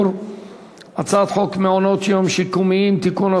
הצעת חוק מעונות-יום שיקומיים (תיקון,